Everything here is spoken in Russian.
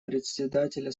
председателя